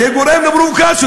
זה גורם לפרובוקציות,